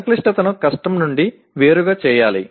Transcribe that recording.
సంక్లిష్టతను కష్టం నుండి వేరు చేయాలి